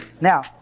Now